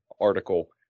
article